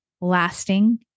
lasting